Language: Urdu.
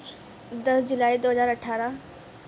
دس جولائی دو ہزار اٹھارہ